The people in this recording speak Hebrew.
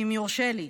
אם יורשה לי,